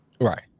Right